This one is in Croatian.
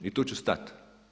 I tu ću stati.